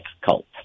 cult